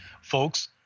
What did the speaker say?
Folks